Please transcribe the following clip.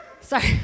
Sorry